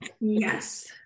Yes